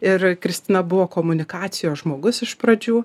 ir kristina buvo komunikacijos žmogus iš pradžių